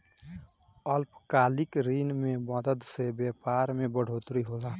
अल्पकालिक ऋण के मदद से व्यापार मे बढ़ोतरी होला